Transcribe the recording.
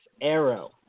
Arrow